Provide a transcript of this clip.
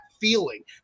feeling